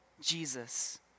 Jesus